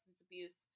abuse